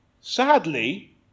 Sadly